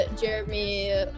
Jeremy